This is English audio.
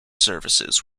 services